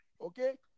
okay